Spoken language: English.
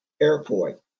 airport